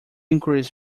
inquiries